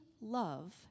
love